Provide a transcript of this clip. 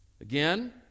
Again